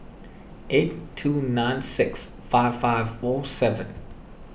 eight two nine six five five four seven